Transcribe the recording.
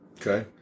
Okay